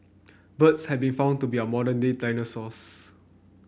birds have been found to be our modern day dinosaurs